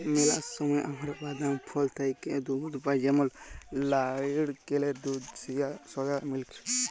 ম্যালা সময় আমরা বাদাম, ফল থ্যাইকে দুহুদ পাই যেমল লাইড়কেলের দুহুদ, সয়া মিল্ক